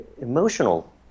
emotional